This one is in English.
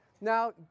now